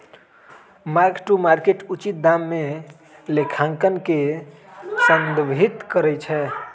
mark to market उचित दाम लेखांकन के संदर्भित करइ छै